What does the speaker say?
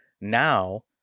Now